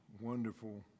wonderful